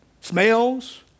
smells